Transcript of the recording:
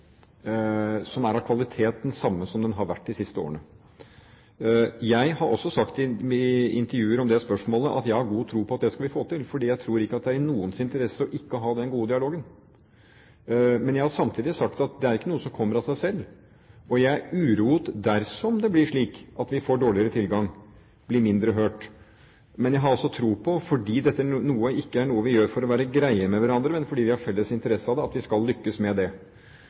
som er av den samme kvalitet som den har vært de siste årene. Jeg har også sagt i intervjuer om dette spørsmålet at jeg har god tro på at det skal vi få til, for jeg tror ikke det er i noens interesse å ikke ha den gode dialogen. Men jeg har samtidig sagt at det er ikke noe som kommer av seg selv. Jeg er uroet dersom det blir slik at vi får dårligere tilgang, blir mindre hørt. Jeg har tro på, fordi dette «noe» ikke er noe vi gjør for å være greie med hverandre, men fordi vi har felles interesser, at vi skal lykkes med det.